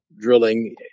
drilling